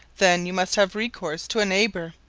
then you must have recourse to a neighbour,